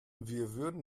würden